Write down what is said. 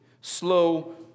slow